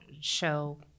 show